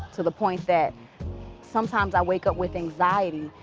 to the point that sometimes i wake up with anxiety,